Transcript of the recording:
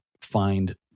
find